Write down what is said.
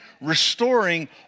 restoring